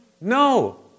No